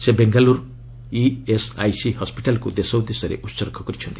ସେ ବେଙ୍ଗାଲୁରୁ ଇଏସ୍ଆଇସି ହସ୍ୱିଟାଲ୍କୁ ଦେଶ ଉଦ୍ଦେଶ୍ୟରେ ଉତ୍ଗର୍ଚ କରିଛନ୍ତି